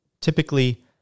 Typically